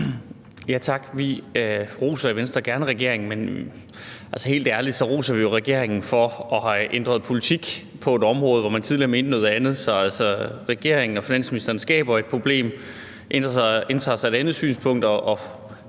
(V): Tak. Vi roser i Venstre gerne regeringen, men altså helt ærligt, så roser vi jo regeringen for at have ændret politik på et område, hvor man tidligere mente noget andet. Så regeringen og finansministeren skaber et problem og indtager så et andet synspunkt,